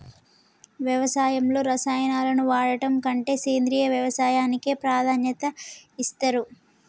వ్యవసాయంలో రసాయనాలను వాడడం కంటే సేంద్రియ వ్యవసాయానికే ప్రాధాన్యత ఇస్తరు